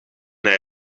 hij